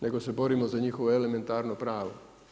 Nego se borimo za njihovo elementarno pravo.